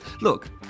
Look